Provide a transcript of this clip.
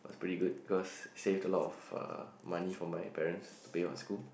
it was pretty good cause saved a lot of uh money for my parents to pay for school